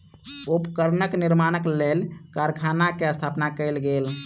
उपकरण निर्माणक लेल कारखाना के स्थापना कयल गेल